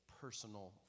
personal